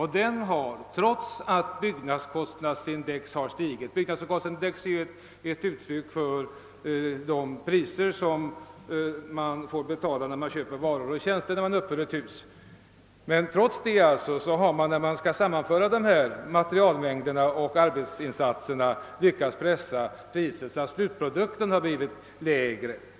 Trots att byggnadskostnadsindex har stigit — detta är ju ett uttryck för de priser som man får betala när man köper varor och tjänster för att uppföra ett hus — har man lyckats pressa priset så att slutsumman har blivit lägre.